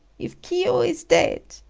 if kiyo is dead,